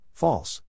False